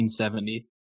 1970